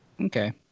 Okay